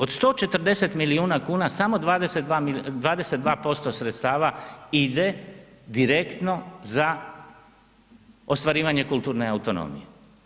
Od 140 milijuna kuna, samo 22% sredstava ide direktno za ostvarivanje kulturne autonomije.